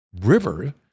river